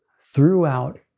throughout